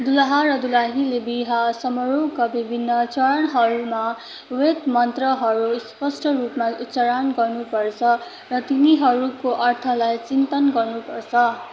दुलहा र दुलहीले विवाह समारोहका विभिन्न चरणहरूमा वेद मन्त्रहरू स्पष्ट रूपमा उच्चारण गर्नुपर्छ र तिनीहरूको अर्थलाई चिन्तन गर्नुपर्छ